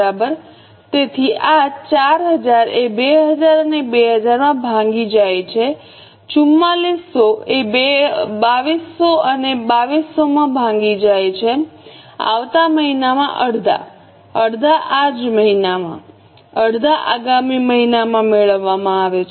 બરાબર તેથી આ 4000 એ 2000 અને 2000 માં ભાંગી જાય છે 4400 એ 2200 અને 2200 માં ભાંગી જાય છે આવતા મહિનામાં અડધા અડધા આજ મહિનામાં અડધા આગામી મહિનામાં મેળવવામાં આવે છે